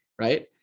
Right